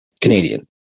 Canadian